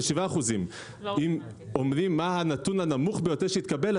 7%. אם אומרים מה הנתון הנמוך ביותר שהתקבל,